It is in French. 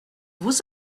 vous